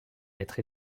être